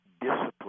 discipline